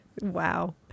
Wow